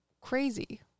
crazy